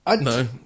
No